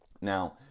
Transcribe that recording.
Now